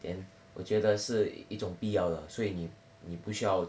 then 我觉得是一种必要了所以你你不需要